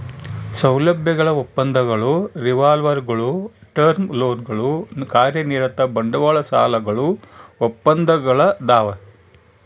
ಸೌಲಭ್ಯಗಳ ಒಪ್ಪಂದಗಳು ರಿವಾಲ್ವರ್ಗುಳು ಟರ್ಮ್ ಲೋನ್ಗಳು ಕಾರ್ಯನಿರತ ಬಂಡವಾಳ ಸಾಲಗಳು ಒಪ್ಪಂದಗಳದಾವ